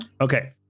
Okay